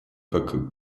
как